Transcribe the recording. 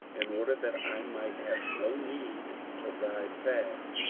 in order that i might have no need to ride fast,